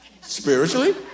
spiritually